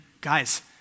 guys